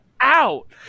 out